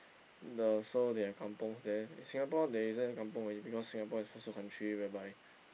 the so they have kampungs there in Singapore there isn't kampung already because Singapore is first world country whereby